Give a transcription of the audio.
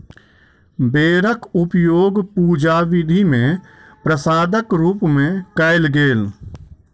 बेरक उपयोग पूजा विधि मे प्रसादक रूप मे कयल गेल